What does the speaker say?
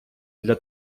для